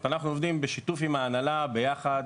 אנחנו עובדים בשיתוף עם ההנהלה, ביחד,